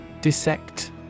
Dissect